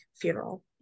funeral